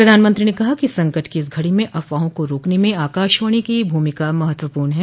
प्रधानमंत्री ने कहा कि संकट की इस घड़ी में अफवाहों को रोकने में आकाशवाणी की भूमिका महत्वपूर्ण है